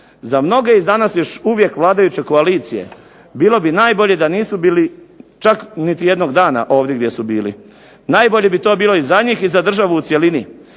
Za mnoge iz danas još uvijek vladajuće koalicije bilo bi najbolje da nisu bili čak niti jednog dana ovdje gdje su bili. Najbolje bi to bilo i za njih i za državu u cjelini